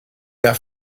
der